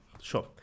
sure